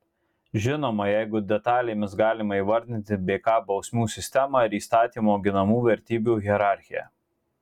žinoma jeigu detalėmis galima įvardyti bk bausmių sistemą ir įstatymo ginamų vertybių hierarchiją